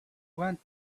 went